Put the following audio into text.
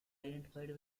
identified